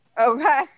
okay